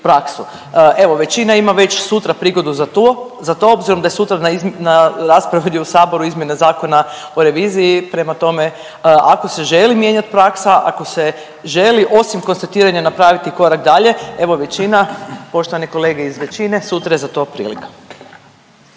Evo većina ima već sutra prigodu za to, obzirom da je sutra na raspravi ovdje u Saboru izmjene Zakona o reviziji, prema tome, ako se želi mijenjati praksa, ako se želi osim konstatiranja napraviti i korak dalje, evo, većina, poštovani kolege iz većine, sutra je za to prilika.